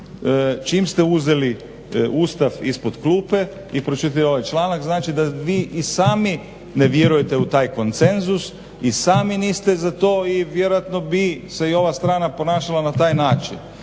Čim ste uzeli Ustav ispod klupe i pročitali ovaj članka znači da vi i sami ne vjerujete u taj konsenzus i sami niste za to i vjerojatno bi se i ova strana ponašala na taj način.